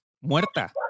muerta